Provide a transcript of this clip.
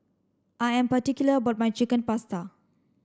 I am particular about my Chicken Pasta